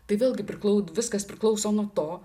tai vėlgi priklau viskas priklauso nuo to